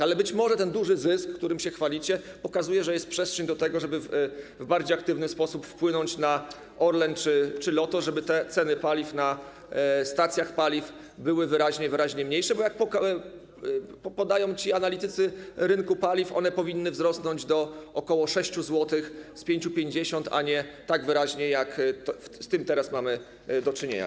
Ale być może ten duży zysk, którym się chwalicie, pokazuje, że jest przestrzeń do tego, żeby w bardziej aktywny sposób wpłynąć na Orlen czy Lotos, żeby te ceny paliw na stacjach paliw były wyraźnie mniejsze, bo jak podają analitycy rynku paliw, one powinny wzrosnąć do ok. 6 zł z 5,50 zł, a nie tak wyraźnie, jak z tym teraz mamy do czynienia.